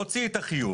הוציא את החיוב,